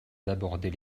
d’aborder